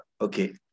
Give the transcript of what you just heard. Okay